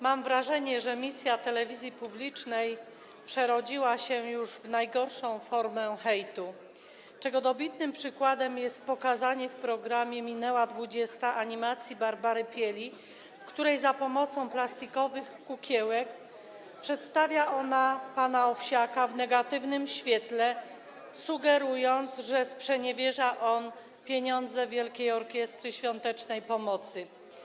Mam wrażenie, że misja telewizji publicznej przerodziła się już w najgorszą formę hejtu, czego dobitnym przykładem jest pokazanie w programie „Minęła dwudziesta” animacji Barbary Pieli, w której za pomocą plastikowych kukiełek przedstawia ona pana Owsiaka w negatywnym świetle, sugerując, że sprzeniewierza on pieniądze Wielkiej Orkiestry Świątecznej Pomocy.